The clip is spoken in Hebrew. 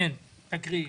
תיקון